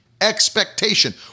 expectation